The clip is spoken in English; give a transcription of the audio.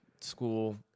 school